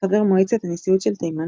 חבר מועצת הנשיאות של תימן,